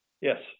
Yes